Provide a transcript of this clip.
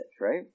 right